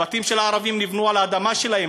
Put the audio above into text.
הבתים של הערבים נבנו על האדמה שלהם,